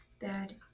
bad